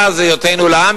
מאז היותנו לעם,